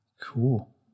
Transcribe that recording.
cool